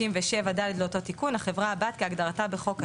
בסעיף 57(ד) לאותו תיקון - החברה הבת כהגדרתה בחוק הדואר,